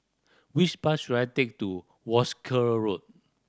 which bus should I take to Wolskel Road